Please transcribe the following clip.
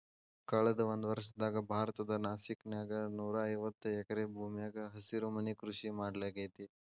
ಕಳದ ಒಂದ್ವರ್ಷದಾಗ ಭಾರತದ ನಾಸಿಕ್ ನ್ಯಾಗ ನೂರಾಐವತ್ತ ಎಕರೆ ಭೂಮ್ಯಾಗ ಹಸಿರುಮನಿ ಕೃಷಿ ಮಾಡ್ಲಾಗೇತಿ